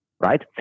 right